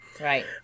Right